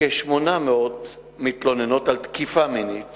כ-800 מתלוננות על תקיפה מינית